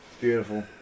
Beautiful